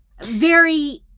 very-